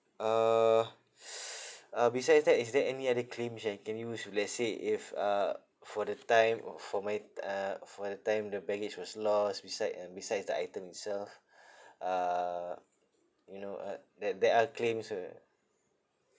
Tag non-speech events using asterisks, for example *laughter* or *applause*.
uh *noise* uh besides that is there any other claims that can be used if let's say if uh for the time or for my uh for the time the baggage was lost beside and besides the item itself uh you know uh there there are claims where